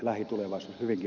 mutta ed